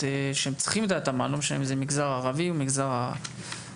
שצריכות את ההתאמה לא משנה אם זה המגזר הערבי או המגזר החרדי